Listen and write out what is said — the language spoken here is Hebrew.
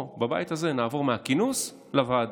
פה, בבית הזה, נעבור מהכינוס לוועדה.